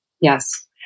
Yes